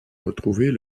retrouver